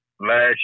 last